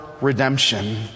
redemption